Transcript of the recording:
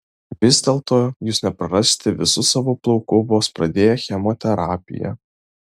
vis dėlto jūs neprarasite visų savo plaukų vos pradėję chemoterapiją